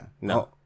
no